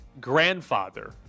grandfather